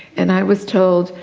and i was told,